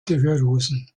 gehörlosen